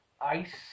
ice